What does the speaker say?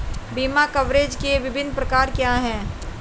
बीमा कवरेज के विभिन्न प्रकार क्या हैं?